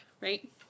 right